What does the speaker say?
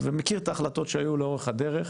ומכיר את ההחלטות שהיו לאורך הדרך,